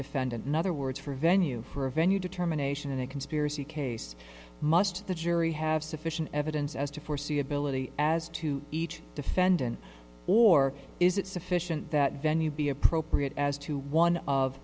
defendant in other words for a venue for a venue determination in a conspiracy case must the jury have sufficient evidence as to foreseeability as to each defendant or is it sufficient that venue be appropriate as to one